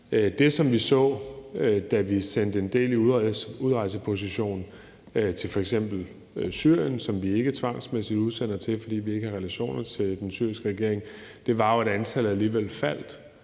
Det, som vi så, da vi sendte en del i udrejseposition til f.eks. Syrien, som vi ikke tvangsmæssigt udsender til, fordi vi ikke har relationer til den syriske regering, var jo, at antallet alligevel faldt.